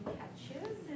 catches